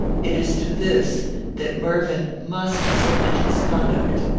it is to this that mervyn must submit his conduct.